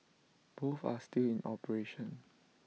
both are still in operation